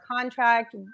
contract